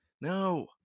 No